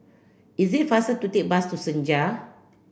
it is faster to take the bus to Senja